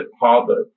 Harvard